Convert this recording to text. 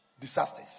Disasters